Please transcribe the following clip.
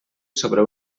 sobre